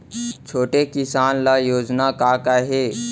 छोटे किसान ल योजना का का हे?